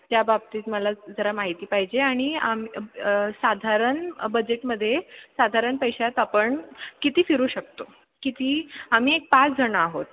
त्याबाबतीत मला जरा माहिती पाहिजे आणि आम साधारण बजेटमध्ये साधारण पैशात आपण किती फिरू शकतो किती आम्ही एक पाच जणं आहोत